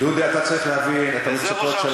דודי, אתה צריך להבין את המצוקות של